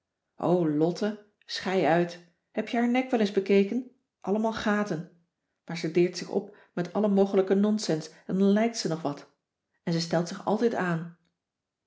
lotte schei uit heb je haar nek wel eens bekeken allemaal gaten maar ze dirkt zich op met alle mogelijke nonsens en dan lijkt ze nog wat en ze stelt zich altijd aan